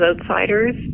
outsiders